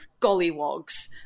gollywogs